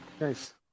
Nice